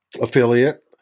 affiliate